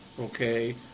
Okay